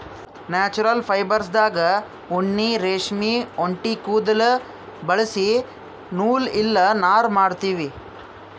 natural ಫೈಬರ್ಸ್ದಾಗ್ ಉಣ್ಣಿ ರೇಷ್ಮಿ ಒಂಟಿ ಕುದುಲ್ ಬಳಸಿ ನೂಲ್ ಇಲ್ಲ ನಾರ್ ಮಾಡ್ತೀವಿ